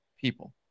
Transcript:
people